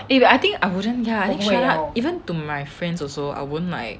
eh I think I wouldn't ya I think shut up even to my friends also I won't like